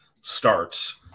starts